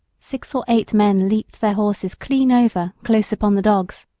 six or eight men leaped their horses clean over, close upon the dogs.